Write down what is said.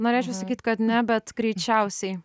norėčiau sakyt kad ne bet greičiausiai